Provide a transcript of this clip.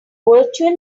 virtual